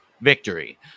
Victory